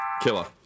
Killer